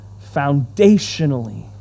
foundationally